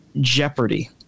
jeopardy